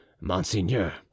Monseigneur